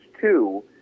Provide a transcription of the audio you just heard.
two